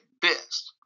best